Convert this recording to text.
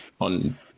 on